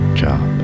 job